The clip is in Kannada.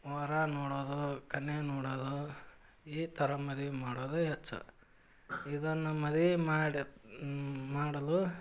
ವರ ನೋಡೋದು ಕನ್ಯೆ ನೋಡೋದು ಈ ಥರ ಮದ್ವೆ ಮಾಡೋದೇ ಹೆಚ್ಚು ಇದನ್ನು ಮದ್ವೆ ಮಾಡೆತ್ ಮಾಡಲು